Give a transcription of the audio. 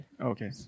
okay